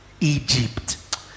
Egypt